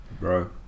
Bro